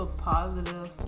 positive